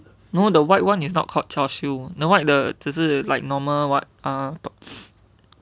no the white one is not called char siew the one 只是 like normal what ah